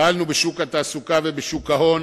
פעלנו בשוק התעסוקה ובשוק ההון.